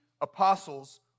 apostles